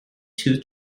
two